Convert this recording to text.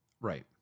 Right